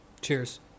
Cheers